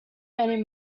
many